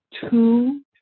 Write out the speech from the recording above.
two